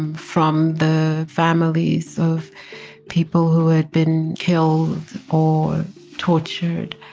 and from the families of people who had been killed or tortured.